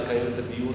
לקיים את הדיון,